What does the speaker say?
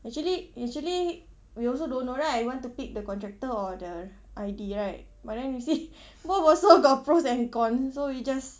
actually actually we also don't know right we want to pick the contractor or the I_D right but then you see both also got pros and cons so we just